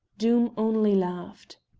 doom only laughed.